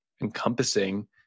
Encompassing